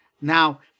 Now